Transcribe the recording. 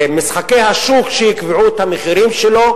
למשחקי השוק שיקבעו את המחירים שלו,